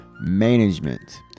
management